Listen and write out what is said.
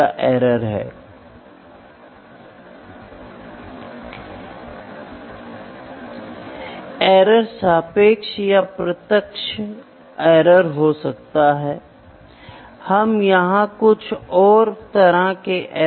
उदाहरण के लिए आप एक शाफ्ट लेने की कोशिश करते हैं आप रफनेस मापते हैं आप फ्लेटनेस मापने की कोशिश करते हैं आप अन्य मापदंडों को मापने की कोशिश करते हैं फिर लंबाई उन सभी चीजों को जो आप मापते हैं और फिर आप इसे सही तरीके से मापते हैं और इसमें शामिल सभी मात्राओं को मापते हैं